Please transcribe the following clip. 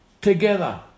together